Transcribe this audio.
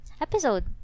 episode